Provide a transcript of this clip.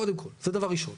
קודם כל, זה דבר ראשון.